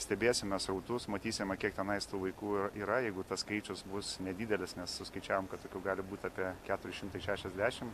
stebėsime srautus matysime kiek tenais tų vaikų yra jeigu tas skaičius bus nedidelis nes suskaičiavom kad tokių gali būt apie keturi šimtai šešiasdešim